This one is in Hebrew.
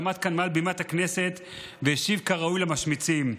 עמד כאן מעל במת הכנסת והשיב כראוי למשמיצים: